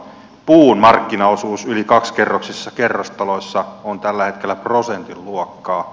puun markkinaosuus yli kaksikerroksisissa kerrostaloissa on tällä hetkellä prosentin luokkaa